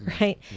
right